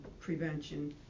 prevention